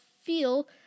Feel